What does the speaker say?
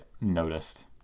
noticed